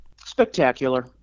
Spectacular